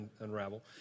unravel